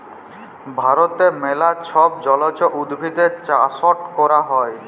ভারতে ম্যালা ছব জলজ উদ্ভিদেরলে চাষট ক্যরা হ্যয়